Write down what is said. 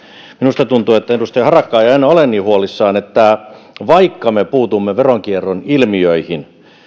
minusta tuntuu että edustaja harakka ei aina ole niin huolissaan että vaikka me puutumme veronkierron ilmiöihin